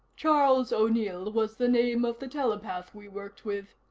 charles o'neill was the name of the telepath we worked with,